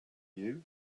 you